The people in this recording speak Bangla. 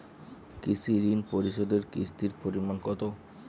কৃষি ঋণ পরিশোধের কিস্তির পরিমাণ কতো?